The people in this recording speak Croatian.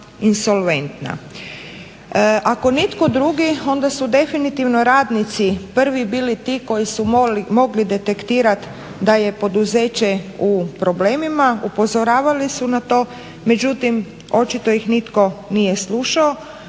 Ako nitko drugi onda su definitivno radnici prvi bili ti koji su mogli detektirat da je poduzeće u problemima, upozoravali su na to, međutim očito ih nitko nije slušao.